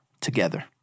together